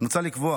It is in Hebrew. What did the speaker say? מוצע לקבוע